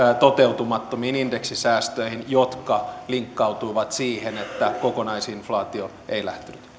toteutumattomiin indeksisäästöihin jotka linkkautuivat siihen että kokonaisinflaatio ei lähtenyt